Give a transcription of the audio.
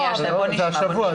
זה השבוע.